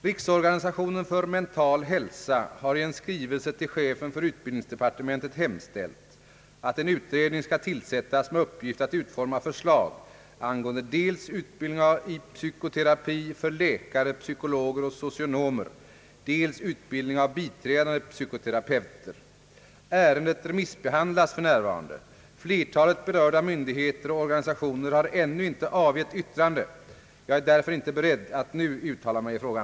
Riksorganisationen för mental hälsa har i en skrivelse till chefen för utbildningsdepartementet hemställt att en utredning skall tillsättas med uppgift att utforma förslag angående dels utbildning i psykoterapi för läkare, psykologer och socionomer, dels utbildning av biträdande psykoterapeuter. Ärendet remissbehandlas f. n. Flertalet berörda myndigheter och organisationer har ännu inte avgett yttrande. Jag är därför inte beredd att nu uttala mig i frågan.